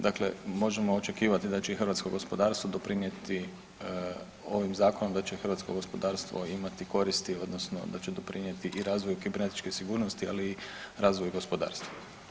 Dakle, možemo očekivati da će i hrvatsko gospodarstvo doprinijeti, ovim zakonom da će hrvatsko gospodarstvo imati koristi, odnosno da će doprinijeti i razvoju kibernetičke sigurnosti, ali i razvoju gospodarstva.